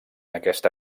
aquesta